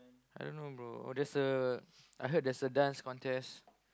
I don't know bro there's a I heard there's a Dance Contest